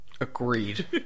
Agreed